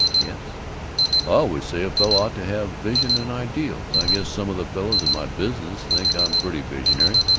yes i always say a fellow ought to have vision and ideals. i guess some of the fellows in my business think i'm pretty visionary,